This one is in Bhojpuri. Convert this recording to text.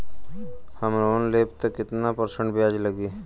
हम लोन लेब त कितना परसेंट ब्याज लागी?